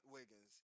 Wiggins